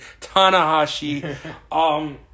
Tanahashi